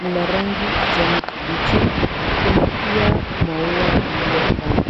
ni la rangi kijani kibichi kuna pia maua uliopandwa.